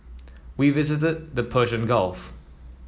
we visited the Persian Gulf